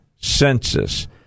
census